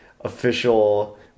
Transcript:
official